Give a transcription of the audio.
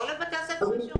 או לבתי-הספר ישירות.